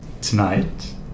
Tonight